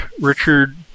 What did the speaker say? Richard